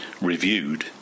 reviewed